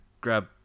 grab